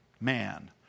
man